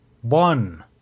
one